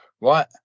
right